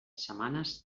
setmanes